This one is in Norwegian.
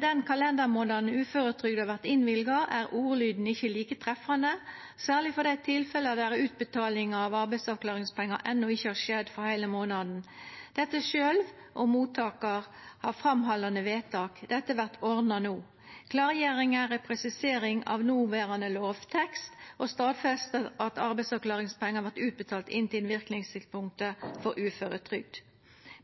den kalendermånaden uføretrygda vert innvilga, er ordlyden ikkje like treffande, særleg for dei tilfella der utbetalinga av arbeidsavklaringspengar enno ikkje har skjedd for heile månaden sjølv om mottakaren har framhaldande vedtak. Dette vert ordna no. Klargjeringa er ei presisering av noverande lovtekst og stadfester at arbeidsavklaringspengar vert utbetalte inntil verknadstidspunktet for uføretrygd.